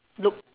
look